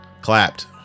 Clapped